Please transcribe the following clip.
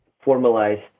formalized